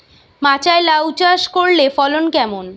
মাচায় লাউ চাষ করলে ফলন কেমন?